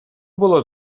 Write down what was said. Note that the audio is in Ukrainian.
було